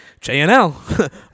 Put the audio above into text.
jnl